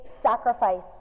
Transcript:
sacrifice